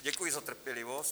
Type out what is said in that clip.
Děkuji za trpělivost.